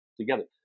together